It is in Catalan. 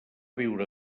viure